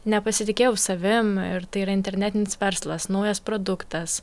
nepasitikėjau savim ir tai yra internetinis verslas naujas produktas